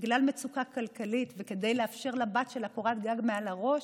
בגלל מצוקה כלכלית וכדי לאפשר לבת שלה קורת גג מעל הראש,